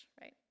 right